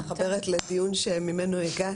אני מתחברת לדיון שממנו הגעתי,